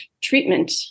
treatment